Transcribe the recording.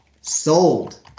Sold